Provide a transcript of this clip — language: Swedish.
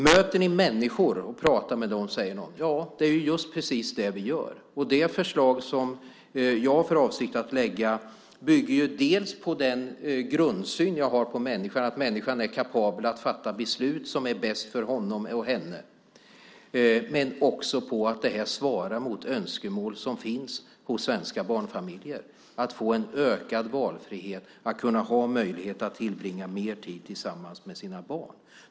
Möter ni människor och pratar med dem säger de att det är just precis det vi gör. Det förslag som jag har för avsikt att lägga fram bygger dels på den grundsyn jag har på människan, att människan är kapabel att fatta de beslut som är bäst för honom eller henne, dels på önskemål som finns hos svenska barnfamiljer om att få en ökad valfrihet och att kunna ha möjlighet att tillbringa mer tid tillsammans med sina barn.